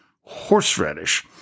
horseradish